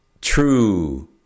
true